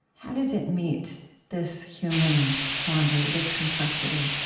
how does it meet this human quandary, this complexity?